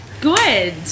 Good